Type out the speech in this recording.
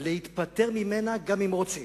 להיפטר ממנה גם אם רוצים.